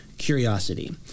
curiosity